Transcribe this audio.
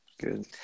good